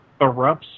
erupts